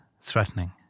threatening